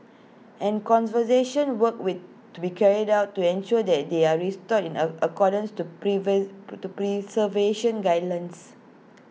and conservation work will to be carried out to ensure that they are restored in accordance to pre to preservation guidelines